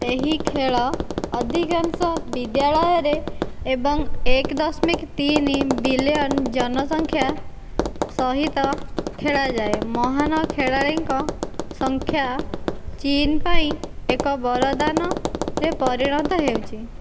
ଏହି ଖେଳ ଅଧିକାଂଶ ବିଦ୍ୟାଳୟରେ ଏବଂ ଏକ ଦଶମିକ ତିନି ବିଲିୟନ୍ ଜନସଂଖ୍ୟା ସହିତ ଖେଳାଯାଏ ମହାନ ଖେଳାଳୀଙ୍କ ସଂଖ୍ୟା ଚୀନ ପାଇଁ ଏକ ବରଦାନରେ ପରିଣତ ହେଉଛି